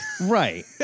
right